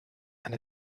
and